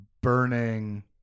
burning